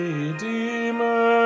Redeemer